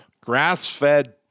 Grass-fed